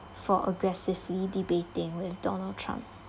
for aggressively debating with donald trump